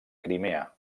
crimea